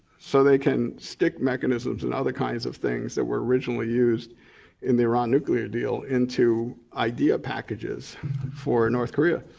so they can stick mechanisms and other kinds of things that were originally used in the iran nuclear deal into idea packages for north korea.